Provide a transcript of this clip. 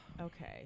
Okay